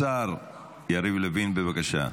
השר יריב לוין, בבקשה.